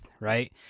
right